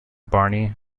barney